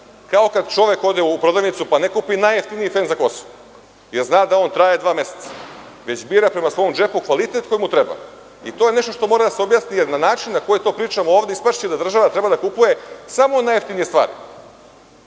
kao kada čovek ode u prodavnicu pa ne kupi najjeftiniji fen za kosu jer zna da on traje dva meseca, već bira prema svom džepu kvalitet koji mu treba i to je nešto što mora da se objasni jer na način na koji to pričamo ovde ispašće da država treba da kupuje samo najjeftinije stvari.